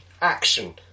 action